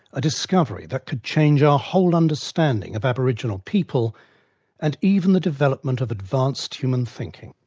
a discovery that could change our whole understanding of aboriginal people and even the development of advanced human thinking.